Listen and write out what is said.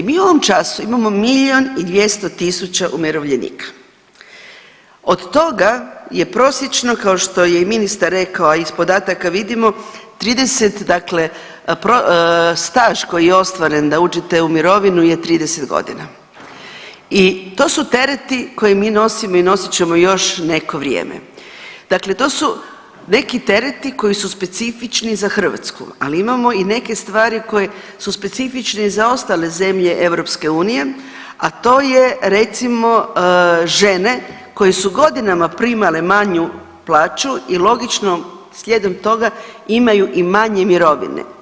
Mi u ovom času imamo milijun i 200 tisuća umirovljenika, od toga je prosječno, kao što je i ministar rekao, a iz podataka vidimo, 30 dakle staž koji je ostvaren da uđete u mirovinu je 30.g. i to su tereti koje mi nosimo i nosit ćemo još neko vrijeme, dakle to su neki tereti koji su specifični za Hrvatsku, ali imamo i neke stvari koje su specifične i za ostale zemlje EU, a to je recimo žene koje su godinama primale manju plaću i logično slijedom toga imaju i manje mirovine.